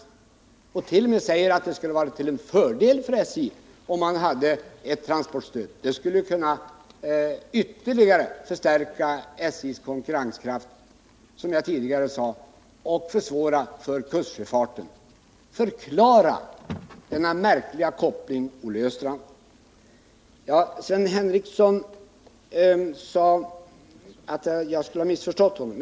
Han säger t.o.m. att det skulle vara till fördel för SJ om man hade transportstöd. Det skulle kunna ytterligare förstärka SJ:s konkurrenskraft, som jag tidigare sade, och försvåra för kustsjöfarten. Förklara denna märkliga koppling, Olle Östrand! Sven Henricsson sade att jag skulle ha missförstått honom.